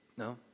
No